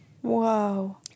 Whoa